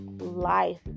life